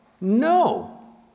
no